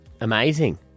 Amazing